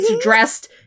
dressed